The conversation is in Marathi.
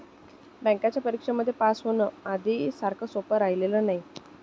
बँकेच्या परीक्षेमध्ये पास होण, आधी सारखं सोपं राहिलेलं नाही